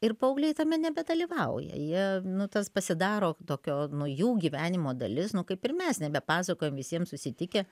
ir paaugliai tame nebedalyvauja jie nu tas pasidaro tokio nu jų gyvenimo dalis nu kaip ir mes nebepasakojam visiems susitikę